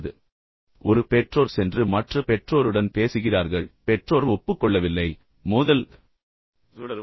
இப்போது ஒரு பெற்றோர் சென்று மற்ற பெற்றோருடன் பேசுகிறார்கள் பெற்றோர் ஒப்புக்கொள்ளவில்லை மோதல் தொடரும்